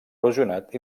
erosionat